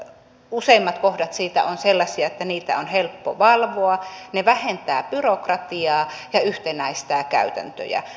ueimmat kohdat siitä ovat sellaisia että niitä on helppo valvoa ne vähentävät byrokratiaa ja yhtenäistävät käytäntöjä